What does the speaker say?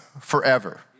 forever